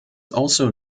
also